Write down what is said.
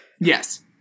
Yes